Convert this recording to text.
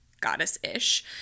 goddess-ish